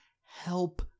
help